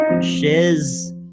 shiz